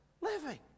living